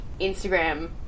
Instagram